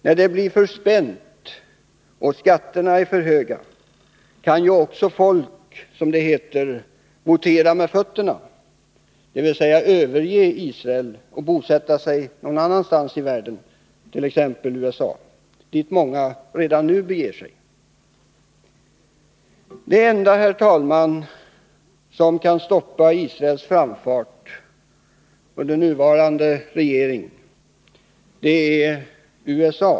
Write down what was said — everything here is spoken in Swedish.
När det blir för spänt och skatterna för höga kan ju folk votera med fötterna, som det heter, dvs. överge Israel och bosätta sig någon annanstans i världen, t.ex. i USA, dit många redan nu beger sig. Det enda land, herr talman, som kan stoppa Israels framfart under nuvarande regering är USA.